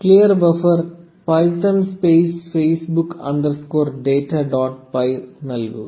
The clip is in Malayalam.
clear buffer Python space Facebook underscore data dot py നൽകുക